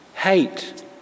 hate